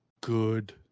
good